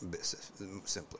simpler